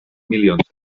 milions